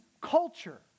culture